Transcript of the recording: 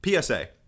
PSA